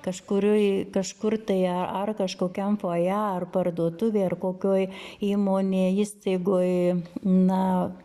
kažkurioj kažkur tai ar kažkokiam foje ar parduotuvėj ar kokioj įmonėj istaigoj na